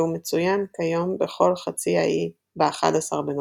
והוא מצוין כיום בכל חצי האי ב-11 בנובמבר.